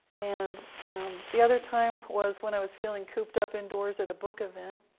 and the other time was when i was feeling cooped up indoors at a book event.